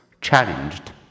Challenged